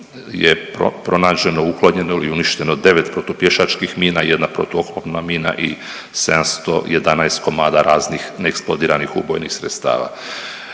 je pronađeno, uklonjeno ili uništeno 9 protupješačkih mina, 1 protuoklopna mina i 711 komada raznih neeksplodiranih ubojnih sredstava.